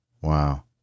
Wow